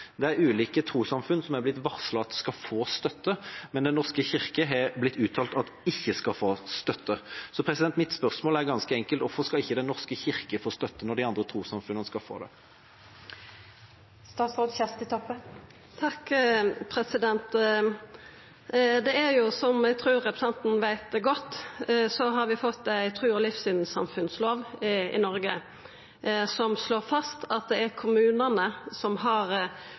Det er ulike trossamfunn som er blitt varslet om at de skal få støtte, men om Den norske kirke har det blitt uttalt at de ikke skal få støtte. Så mitt spørsmål er ganske enkelt: Hvorfor skal ikke Den norske kirke få støtte når de andre trossamfunnene skal få det? Som eg trur representanten veit godt, har vi fått ei trus- og livssynssamfunnslov i Noreg som slår fast at det er kommunane som har ansvaret for drift av Den norske kyrkja, altså har